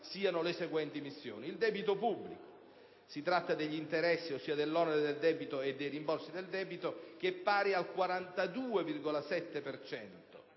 siano le seguenti missioni: il debito pubblico (si tratta degli interessi, ossia dell'onere e dei rimborsi del debito), che è pari al 42,7